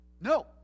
No